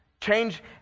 Change